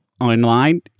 online